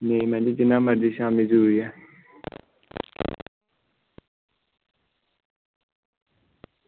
नेईं मैडम जी जियां मर्जी शामीं जरूरी ऐ